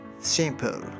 simple